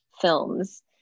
films